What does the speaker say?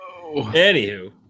Anywho